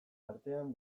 artean